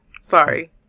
sorry